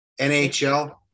NHL